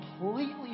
completely